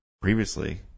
previously